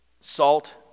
Salt